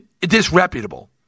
disreputable